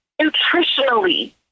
nutritionally